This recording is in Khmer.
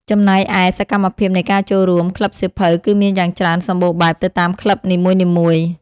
ចំណែកឯ សកម្មភាពនៃការចូលរួម ក្លឹបសៀវភៅគឺមានយ៉ាងច្រើនសម្បូរបែបទៅតាមក្លឹបនីមួយៗ។